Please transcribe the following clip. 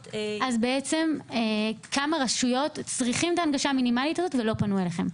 כמה רשויות צריכות את ההנגשה המינימלית הזאת ולא פנו אליכם?